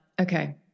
Okay